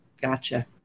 Gotcha